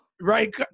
right